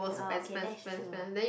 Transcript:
orh okay that is true